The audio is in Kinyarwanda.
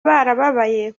barababaye